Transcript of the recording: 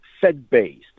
Fed-based